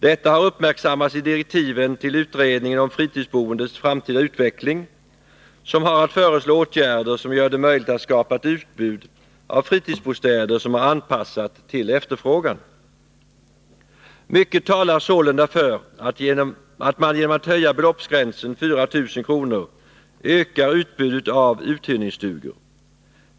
Detta har uppmärksammats i direktiven till utredningen om fritidsboendets framtida utveckling, som har att föreslå åtgärder som gör det möjligt att skapa ett utbud av fritidsbostäder som är anpassat till efterfrågan. Mycket talar sålunda för att man genom att höja beloppsgränsen, 4 000 kr., ökar utbudet av uthyrningsstugor.